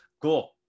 cool